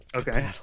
Okay